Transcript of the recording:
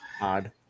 Odd